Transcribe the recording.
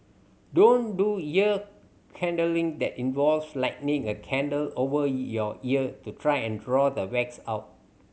don't do ear candling that involves lighting a candle over your ear to try and draw the wax out